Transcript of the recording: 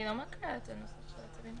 אני לא קוראת את הנוסח של הצווים,